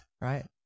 right